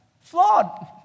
flawed